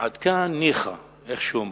עד כאן ניחא, איך שאומרים,